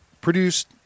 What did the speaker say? produced